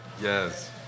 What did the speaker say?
Yes